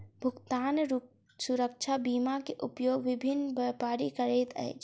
भुगतान सुरक्षा बीमा के उपयोग विभिन्न व्यापारी करैत अछि